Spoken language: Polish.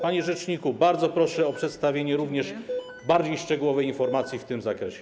Panie rzeczniku, bardzo proszę o przedstawienie również bardziej szczegółowej informacji w tym zakresie.